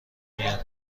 میآید